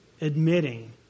admitting